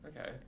Okay